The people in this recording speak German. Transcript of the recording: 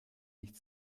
nicht